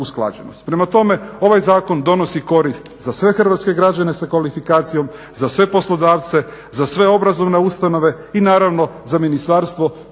usklađenost. Prema tome, ovaj zakon donosi korist za sve hrvatske građane sa kvalifikacijom, za sve poslodavce, za sve obrazovne ustanove i naravno za Ministarstvo